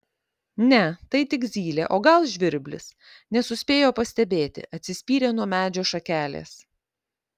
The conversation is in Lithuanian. ne tai tik zylė o gal žvirblis nesuspėjo pastebėti atsispyrė nuo medžio šakelės